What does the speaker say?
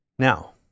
Now